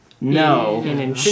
No